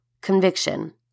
conviction